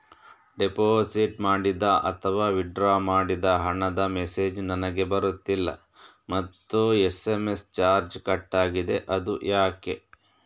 Deposit ಮಾಡಿದ ಅಥವಾ withdraw ಮಾಡಿದ ಹಣದ ಮೆಸೇಜ್ ನನಗೆ ಬರುತ್ತಿಲ್ಲ ಮತ್ತು ಎಸ್.ಎಂ.ಎಸ್ ಚಾರ್ಜ್ ಕಟ್ಟಾಗಿದೆ ಅದು ಯಾಕೆ?